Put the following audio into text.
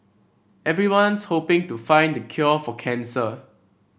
everyone's hoping to find the cure for cancer